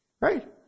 Right